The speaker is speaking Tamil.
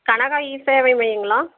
கனகா இ சேவை மையங்களா